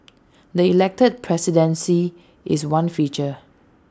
the elected presidency is one feature